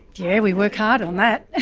yeah, we work hard on that!